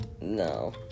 No